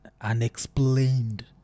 unexplained